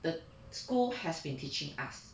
the school has been teaching us